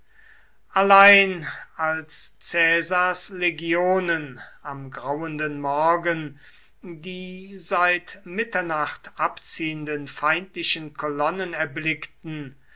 allein als caesars legionen am grauenden morgen die seit mitternacht abziehenden feindlichen kolonnen erblickten